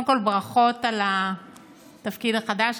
קודם כול ברכות על התפקיד החדש.